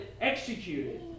executed